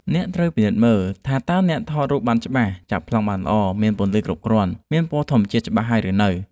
អ្នកត្រូវពិនិត្យមើល ថាតើអ្នកថតរូបភាពបានច្បាស់ ចាប់ប្លង់បានល្អ មានពន្លឺគ្រប់គ្រាន់ និងមានពណ៌ធម្មជាតិច្បាស់ហើយឬនៅ។